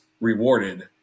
rewarded